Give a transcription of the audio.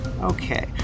Okay